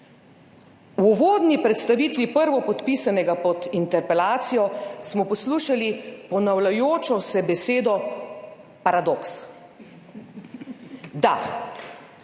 V uvodni predstavitvi prvopodpisanega pod interpelacijo smo poslušali ponavljajočo se besedo paradoks. Da,